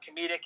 comedic